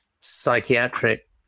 psychiatric